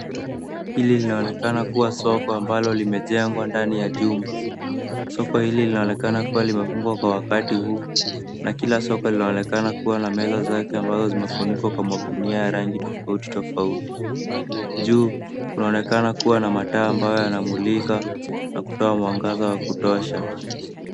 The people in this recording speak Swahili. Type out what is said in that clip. Hili linaonekana kuwa soko ambalo limejengwa ndani ya jumba. Soko hili linaonekana kuwa limefungwa kwa wakati huu na kila soko linaonekana kuwa na meza zake ambazo zimefunikwa kwa magunia ya rangi tofautitofauti. juu kunaonekana kuwa na mataa ambayo yanamulika na kutoa mwangaza wa kutosha.